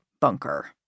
bunker